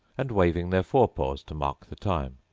and waving their forepaws to mark the time,